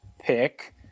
pick